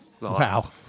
wow